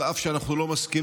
על אף שאנו לא מסכימים,